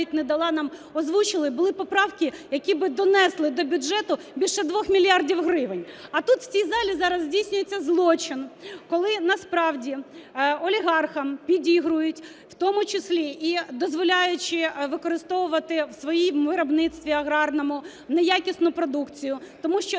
не дала нам озвучити, були поправки, які би донесли до бюджету більше 2 мільярдів гривень. А тут, в цій залі, зараз здійснюється злочин, коли насправді олігархам підігрують, в тому числі і дозоляючи використовувати в своєму виробництві аграрному неякісну продукцію, тому що